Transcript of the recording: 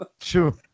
Sure